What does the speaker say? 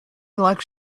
likes